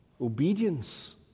Obedience